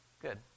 good